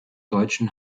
deutschen